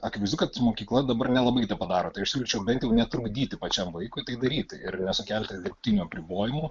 akivaizdu kad mokykla dabar nelabai tą padaro tai aš siūlyčiau bent jau netrukdyti pačiam vaikui tai daryti ir nesukelti dirbtinių apribojimų